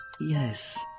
yes